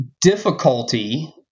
difficulty